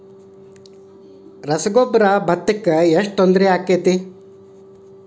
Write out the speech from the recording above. ರಸಗೊಬ್ಬರ, ಭತ್ತಕ್ಕ ಎಷ್ಟ ತೊಂದರೆ ಆಕ್ಕೆತಿ?